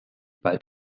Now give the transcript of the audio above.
bald